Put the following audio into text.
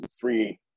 three